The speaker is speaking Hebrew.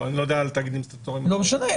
אני לא יודע על תאגידים סטטוטוריים- -- כל התקציב